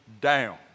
down